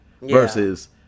Versus